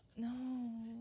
No